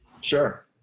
Sure